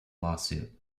lawsuit